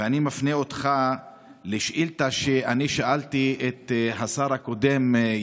ואני מפנה אותך לשאילתה שאני שאלתי את השר הקודם,